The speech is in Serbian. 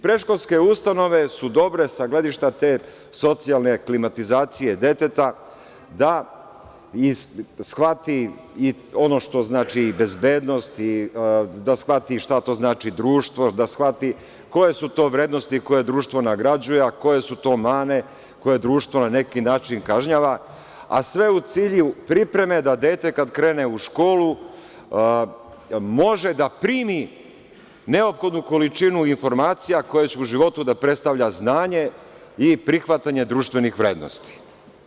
Predškolske ustanove su dobre sa gledišta te socijalne klimatizacije deteta da shvati i ono što znači bezbednosti, da shvati šta to znači društvo, da shvati koje su to vrednosti koje društvo nagrađuje, a koje su to mane koje društvo na neki način kažnjava, a sve u cilju pripreme da dete kad krene u školu može da primi neophodnu količinu informacija, koje će u životu da predstavlja znanje i prihvatanje društvenih vrednosti.